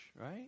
right